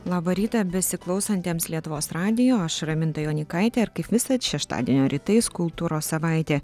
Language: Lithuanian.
labą rytą besiklausantiems lietuvos radijo aš raminta jonykaitė ir kaip visad šeštadienio rytais kultūros savaitė